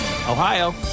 Ohio